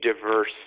diverse